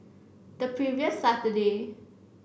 the previous Saturday